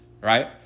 right